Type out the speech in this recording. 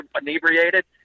inebriated